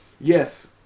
Yes